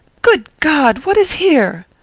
good god! what is here?